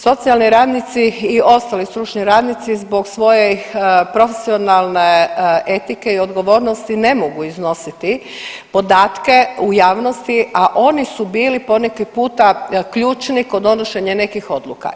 Socijalni radnici i ostali stručni radnici zbog svoje profesionalne etike i odgovornosti ne mogu iznositi podatke u javnosti, a oni su bili poneki puta ključni kod donošenja nekih odluka.